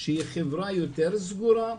שהיא חברה יותר סגורה,